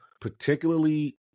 particularly